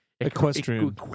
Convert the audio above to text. Equestrian